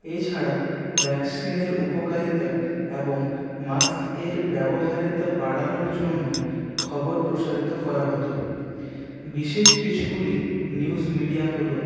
এছাড়া ভ্যাকসিনের উপকারিতা এবং মাস্কের ব্যবহারীতা বাড়ানোর জন্য খবর প্রচারিত করা হতো বিশেষ কিছুগুলি নিউজ মিডিয়া হল